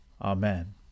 Amen